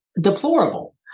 Deplorable